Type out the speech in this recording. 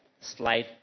slide